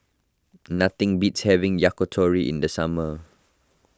nothing beats having Yakitori in the summer